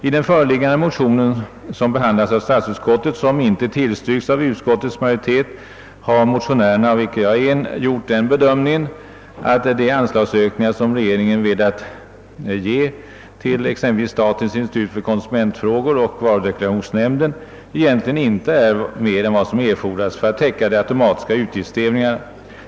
I den föreliggande motionen, som behandlas av statsutskottet och som inte tillstyrkts av utskottets majoritet, har motionärerna, av vilka jag är en, gjort den bedömningen, att de anslagsökningar som regeringen velat ge till exempelvis statens institut för konsumentfrågor och varudeklarationsnämnden egentligen inte är mer än vad som erfordras för att täcka de automatiska utgiftsstegringarna.